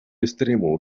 extremo